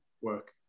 work